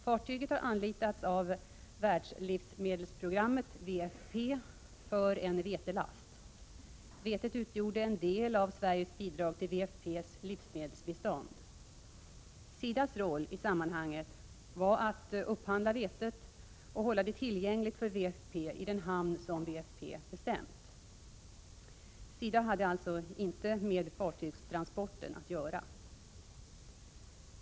Fartyget hade anlitats av Världslivsmedelsprogrammet för en vetelast. Vetet utgjorde en del av Sveriges bidrag till WFP:s livsmedelsbistånd. SIDA:s roll i sammanhanget var att upphandla vetet och hålla det tillgängligt för WFP i den hamn som WFP bestämt. SIDA hade alltså inte med fartygstransporten att göra.